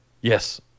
yes